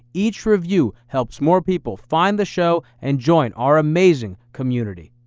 each review helps more people find the show and join our amazing community.